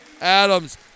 adams